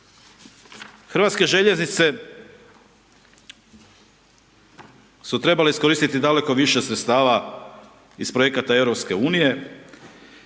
Hrvatske željeznice su trebale iskoristiti daleko više sredstava iz projekata EU-a,